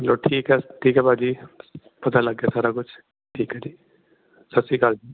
ਚਲੋ ਠੀਕ ਹੈ ਠੀਕ ਹੈ ਭਾਅ ਜੀ ਪਤਾ ਲੱਗ ਗਿਆ ਸਾਰਾ ਕੁਝ ਠੀਕ ਹੈ ਜੀ ਸਤਿ ਸ਼੍ਰੀ ਅਕਾਲ